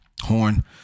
Horn